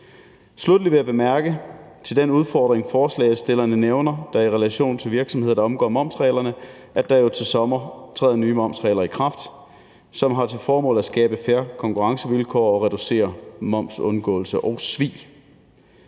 Sluttelig vil jeg bemærke om den udfordring, forslagsstillerne nævner, i relation til virksomheder, der omgår momsreglerne, at der jo til sommer træder nye momsregler i kraft, som har til formål at skabe fair konkurrencevilkår og reducere momsundgåelse og -svig.